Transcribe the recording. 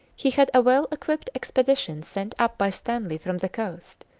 he had a well-equipped expedition sent up by stanley from the coast,